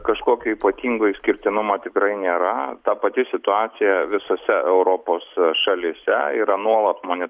kažkokio ypatingo išskirtinumo tikrai nėra ta pati situacija visose europos šalyse yra nuolat moni